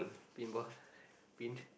pinball pin